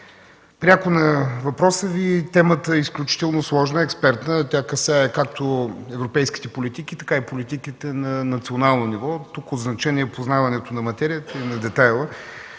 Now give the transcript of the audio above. Пряко на въпроса Ви. Темата е изключително сложна, експертна. Тя касае както европейските политики, така и политиките на национално ниво. Тук от значение е познаването на материята и на детайла.